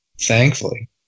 Thankfully